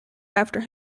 after